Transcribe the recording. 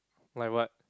like what